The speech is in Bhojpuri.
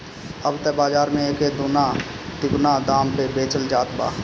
अब त बाज़ार में एके दूना तिगुना दाम पे बेचल जात बा